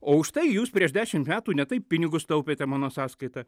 o už tai jūs prieš dešimt metų ne taip pinigus taupėte mano sąskaita